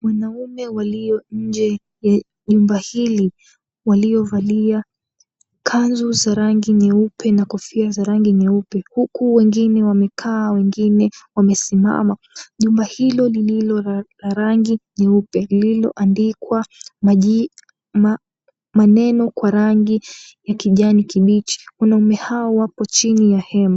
Wanaume walio nje ya nyumba hili, waliovalia kanzu za rangi nyeupe na kofia za rangi nyeupe huku wengine wamekaa wengine wamesimama. Jumba hilo lililo la rangi nyeupe lililoandikwa maneno kwa rangi ya kijani kibichi. Wanaume hawa wako chini ya hema.